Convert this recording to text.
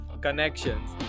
connections